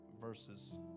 verses